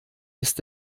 ist